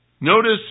Notice